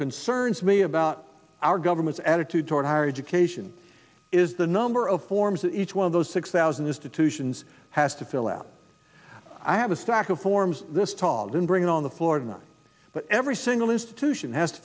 concerns me about our government's attitude toward higher education is the number of forms that each one of those six thousand institutions has to fill out i have a stack of forms this tall and bring on the florida but every single institution has to